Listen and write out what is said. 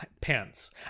pants